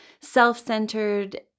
self-centered